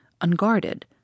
unguarded